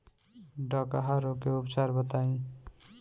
डकहा रोग के उपचार बताई?